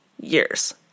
years